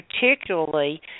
particularly